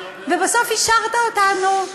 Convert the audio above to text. ובסוף השארת אותנו ככה,